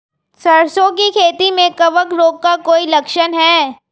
सरसों की खेती में कवक रोग का कोई लक्षण है?